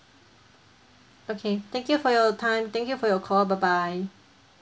okay thank you for your time thank you for your call bye bye